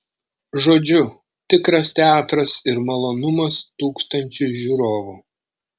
žodžiu tikras teatras ir malonumas tūkstančiui žiūrovų